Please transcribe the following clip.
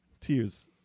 Tears